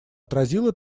отразила